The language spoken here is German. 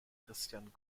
christian